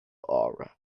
aura